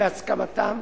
ובהסכמתם,